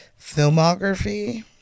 filmography